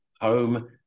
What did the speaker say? home